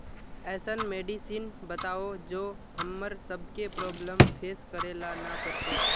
ऐसन मेडिसिन बताओ जो हम्मर सबके प्रॉब्लम फेस करे ला ना पड़ते?